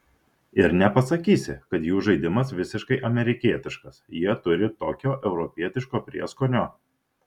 ir nepasakysi kad jų žaidimas visiškai amerikietiškas jie turi tokio europietiško prieskonio